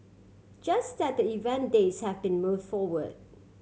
just that the event dates have been move forward